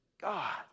God